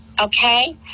Okay